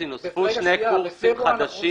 נוספו שני קורסים חדשים